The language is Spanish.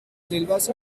selvas